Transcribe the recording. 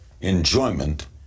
enjoyment